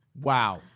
Wow